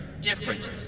different